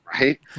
Right